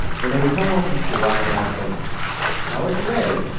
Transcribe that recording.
when they would come home from school, i might ask them how was your day?